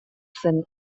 zen